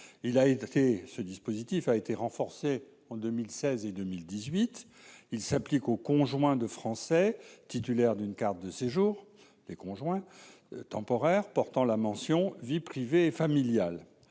ce dispositif a été renforcé en 2016 et 2018 il s'applique aux conjoints de Français titulaires d'une carte de séjour, les conjoints temporaire portant la mention vie privée familiale,